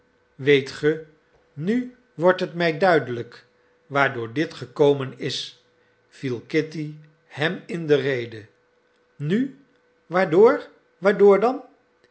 weet ge nu wordt het mij duidelijk waardoor dit gekomen is viel kitty hem in de rede nu waardoor waardoor dan